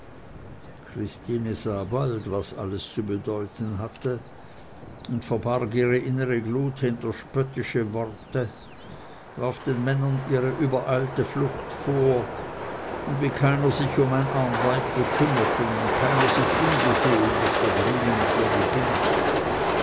christine sah bald was alles zu bedeuten hatte und verbarg ihre innere glut hinter spöttische worte warf den männern ihre übereilte flucht vor und wie keiner um ein arm weib sich bekümmert und keiner sich umgesehen was der grüne mit ihr beginne